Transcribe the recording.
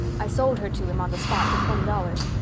i sold her to him on the spot for twenty dollars.